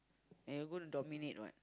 and you're gonna dominate what